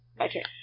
okay